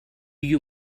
you